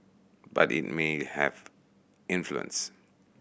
but it may have influence